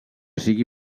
sigui